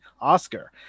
Oscar